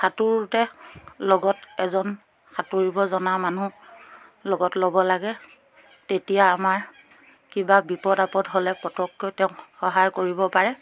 সাঁতোৰোঁতে লগত এজন সাঁতুৰিব জনা মানুহ লগত ল'ব লাগে তেতিয়া আমাৰ কিবা বিপদ আপদ হ'লে পতককৈ তেওঁক সহায় কৰিব পাৰে